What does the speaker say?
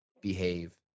behave